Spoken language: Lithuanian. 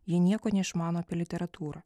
jie nieko neišmano apie literatūrą